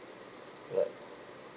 right